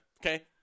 Okay